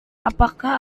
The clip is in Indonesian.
apakah